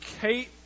Kate